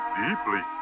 deeply